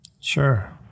Sure